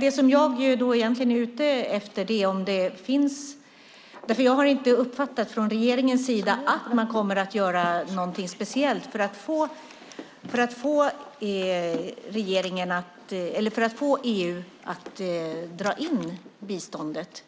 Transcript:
Det som jag egentligen är ute efter är att jag inte har uppfattat från regeringens sida att man kommer att göra någonting speciellt för att få EU att dra in biståndet